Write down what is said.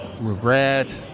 regret